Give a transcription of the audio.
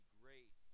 great